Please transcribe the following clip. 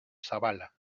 zabala